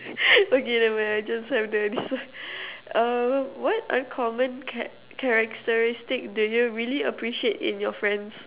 okay never mind I just have the this one err what uncommon characteristics do you really appreciate in your friends